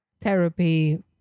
therapy